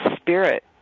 spirit